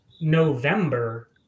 November